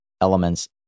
elements